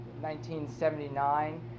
1979